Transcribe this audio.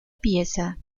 pieza